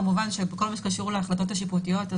כמובן שכל מה שקשור להחלטות השיפוטיות,